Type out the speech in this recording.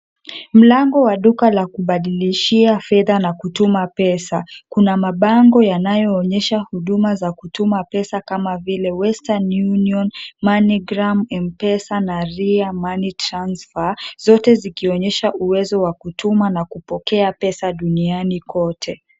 Mlango wa duka la kubadilishia fedha na kutuma pesa. Kuna mabango yanayoonyesha huduma za kutuma pesa kama vile; western union, money gram, M-Pesa na Ria money transfer, zote zikionyesha uwezo wa kutuma na kupokea pesa duniani kote.